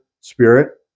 spirit